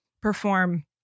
perform